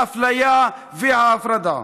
האפליה וההפרדה.